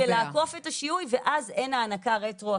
ולעקוף את השינוי ואז אין הענקה רטרואקטיבית,